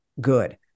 good